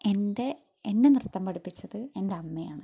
എൻ്റെ എന്നെ നൃത്തം പഠിപ്പിച്ചത് എൻ്റെ അമ്മയാണ്